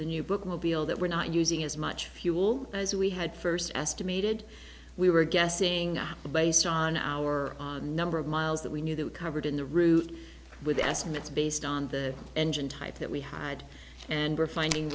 the new bookmobile that we're not using as much fuel as we had first estimated we were guessing based on our number of miles that we knew that we covered in the route with estimates based on the engine type that we had and we're finding